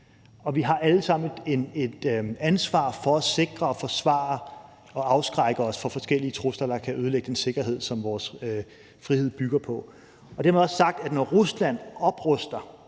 og vi har alle sammen et ansvar for at sikre og forsvare og afskærme os mod forskellige trusler, der kan ødelægge den sikkerhed, som vores frihed bygger på. Dermed også sagt, at når Rusland opruster